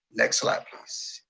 next slide please.